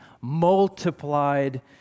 multiplied